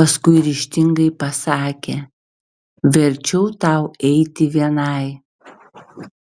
paskui ryžtingai pasakė verčiau tau eiti vienai